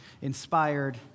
inspired